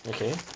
okay